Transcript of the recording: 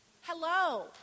Hello